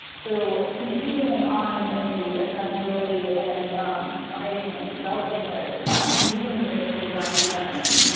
so continuing on in the accessibility and providing and developing ah class using universal design for learning,